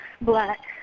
Black